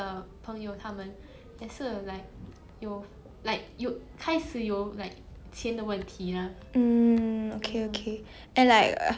mm okay okay and like after I learned about econs I also realise like the like income inequality in singapore is very very bad like